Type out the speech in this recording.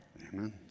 amen